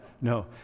No